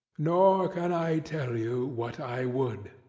nor can i tell you what i would.